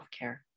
healthcare